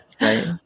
right